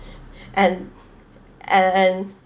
and and and